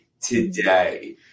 today